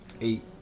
eight